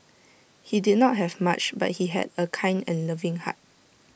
he did not have much but he had A kind and loving heart